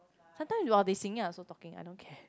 sometime while they're singing I also talking I don't care